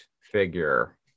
figure